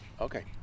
Okay